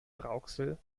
rauxel